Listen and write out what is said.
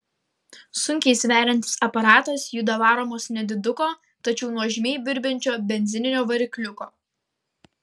sunkiai sveriantis aparatas juda varomas nediduko tačiau nuožmiai birbiančio benzininio varikliuko